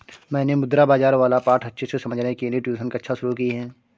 मैंने मुद्रा बाजार वाला पाठ अच्छे से समझने के लिए ट्यूशन कक्षा शुरू की है